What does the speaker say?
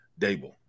Dable